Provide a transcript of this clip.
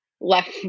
left